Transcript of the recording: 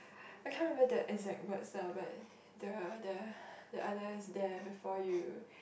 I can't remember that exact words ah but the the the others there before you